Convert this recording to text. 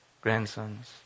grandsons